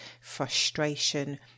frustration